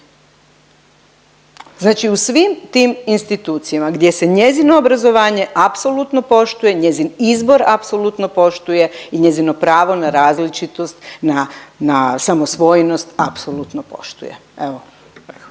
Znači u svim tim institucijama gdje se njezino obrazovanje apsolutno poštuje, njezin izbor apsolutno poštuje i njezino pravo na različitost, na samosvojnost apsolutno poštuje. Evo.